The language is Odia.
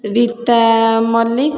ରିତା ମଲ୍ଲିକ